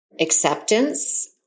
Acceptance